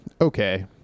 okay